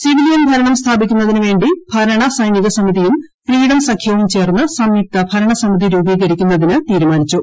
civilian ഭരണം സ്ഥാപിക്കുന്നതിന് വേണ്ടി ഭരണ സൈനിക സമിതിയും ഫ്രീഡം സഖ്യവും ചേർന്ന് സംയുക്ത ഭരണസമിതി രൂപീകരിക്കുന്നതിന് തീരുമാനിച്ചു